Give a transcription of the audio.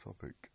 topic